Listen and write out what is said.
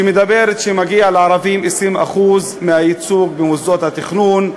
שאומרת שמגיע לערבים 20% מהייצוג במוסדות התכנון.